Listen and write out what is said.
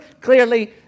clearly